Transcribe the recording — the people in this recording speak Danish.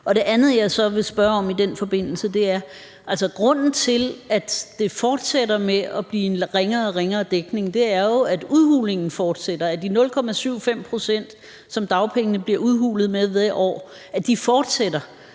Det andet, jeg så vil spørge om i den forbindelse, handler om, at grunden til, at det fortsætter med at blive en ringere og ringere dækning, jo er, at udhulingen fortsætter. De 0,75 pct., som dagpengene bliver udhulet med hvert år, fortsætter.